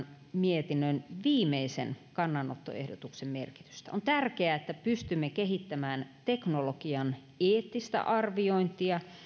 mietinnön viimeisen kannanottoehdotuksen merkitystä on tärkeää että pystymme kehittämään teknologian eettistä arviointia